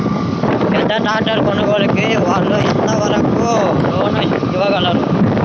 పెద్ద ట్రాక్టర్ కొనుగోలుకి బ్యాంకు వాళ్ళు ఎంత వరకు లోన్ ఇవ్వగలరు?